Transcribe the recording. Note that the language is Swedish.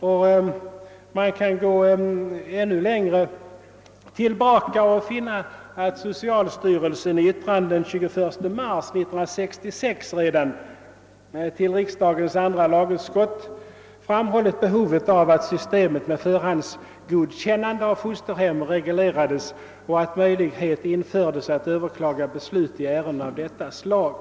Och går man ännu längre tillbaka i tiden finner man att socialstyrelsen i yttrande den 21 mars 1966 till riksdagens andra lagutskott framhållit angelägenheten av att systemet med förhandsgodkännande av fosterhem reglerades och att möjlighet infördes att överklaga beslut i ärenden av detta slag.